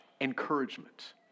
encouragement